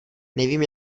nevím